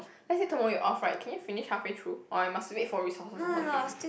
let's say tomorrow you off right can you finish halfway through or you must wait for resources or something